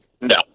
No